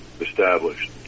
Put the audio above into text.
established